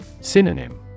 Synonym